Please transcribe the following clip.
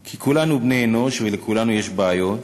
כי כולנו בני-אנוש ולכולנו יש בעיות.